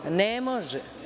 Ne može.